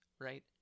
Right